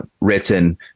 written